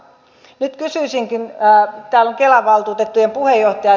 nyt kysyisinkin täällä on kelan valtuutettujen puheenjohtajat